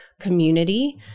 community